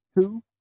two